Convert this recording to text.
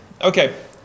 Okay